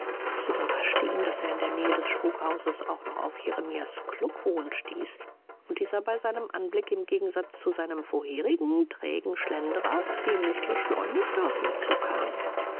es überraschte ihn daß er in der nähe des spukhauses auch noch auf jeremias kluckhohn stieß und dieser bei seinem anblick im gegensatz zu seinem vorherigen trägen schlendern ziemlich beschleunigt auf ihn zukam